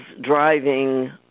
driving